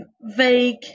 vague